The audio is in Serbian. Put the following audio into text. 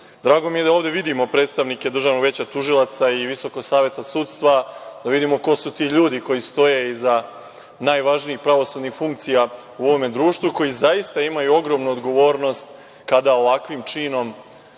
mi je da ovde vidimo predstavnike Državnog veća tužilaca i Visokog saveta sudstva, da vidimo ko su ti ljudi koji stoje iza najvažniji pravosudnih funkcija u ovome društvu, koji zaista imaju ogromnu odgovornost kada ovakvim činom